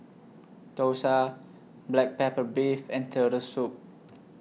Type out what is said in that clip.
Dosa Black Pepper Beef and Turtle Soup